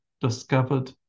discovered